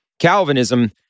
Calvinism